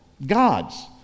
Gods